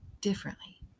differently